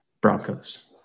Broncos